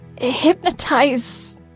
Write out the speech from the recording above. hypnotize